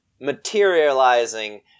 materializing